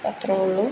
അത്ര ഉള്ളൂ